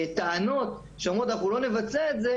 טענות שאומרות שלא יבצעו את הניתוחים,